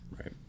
right